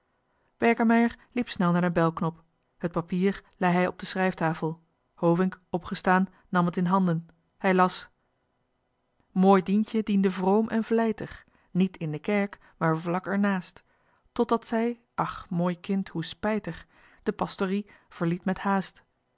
berkemeier liep snel naar den belknop het papier lei hij op de schrijftafel hovink opgestaan nam het in handen hij las mooi dientje diende vroom en vlijtig niet in de kerk maar vlak er naast totdat zij ach mooi kind hoe spijtig de pastorie verliet met haast